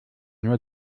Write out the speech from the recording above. nur